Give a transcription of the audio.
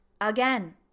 again